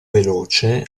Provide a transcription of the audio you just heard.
veloce